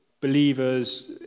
believers